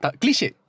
cliche